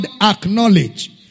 acknowledge